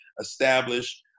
establish